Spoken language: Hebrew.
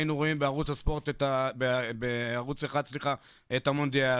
היינו רואים בערוץ אחד את המונדיאל,